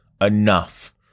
enough